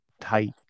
tight